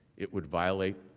it would violate